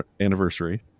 anniversary